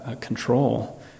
control